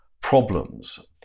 problems